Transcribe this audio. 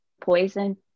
poison